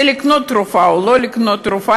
זה לקנות תרופה או לא לקנות תרופה,